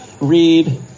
Read